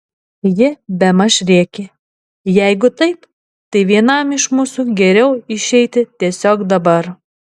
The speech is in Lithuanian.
ji bemaž rėkė jeigu taip tai vienam iš mūsų geriau išeiti tiesiog dabar